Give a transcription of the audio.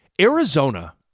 Arizona